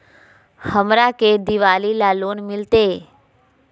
हमरा के दिवाली ला लोन मिलते?